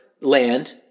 land